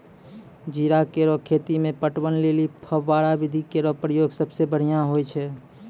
जीरा केरो खेती म पटवन लेलि फव्वारा विधि केरो प्रयोग सबसें बढ़ियां होय छै